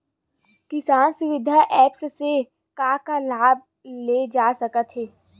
किसान सुविधा एप्प से का का लाभ ले जा सकत हे?